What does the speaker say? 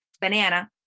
banana